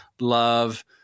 love